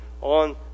on